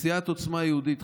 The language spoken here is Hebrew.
סיעת עוצמה יהודית,